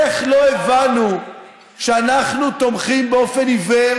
איך לא הבנו שאנחנו תומכים באופן עיוור